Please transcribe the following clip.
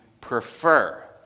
prefer